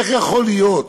איך יכול להיות